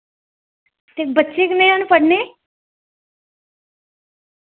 ते बच्चे कनेह् न पढ़ने